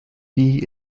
bee